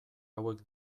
hauek